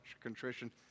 contrition